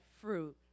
fruit